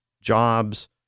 jobs